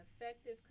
effective